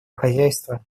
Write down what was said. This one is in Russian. хозяйство